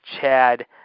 Chad